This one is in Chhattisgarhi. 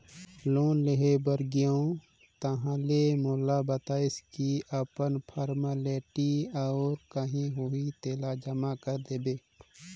लोन ले बर गेंव ताहले मोला बताइस की अपन फारमेलटी अउ काही होही तेला जमा कर देबे